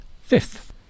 Fifth